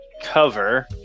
cover